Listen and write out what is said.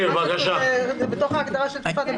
מועסק העובד אצל המעסיק המבקש רק בחלק מהימים בתקופת הבידוד,